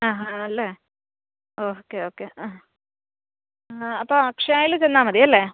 ആഹാല്ലെ okay okay ആ ആ അപ്പം അക്ഷയായിൽ ചെന്നാൽ മതിയല്ലേ